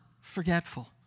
forgetful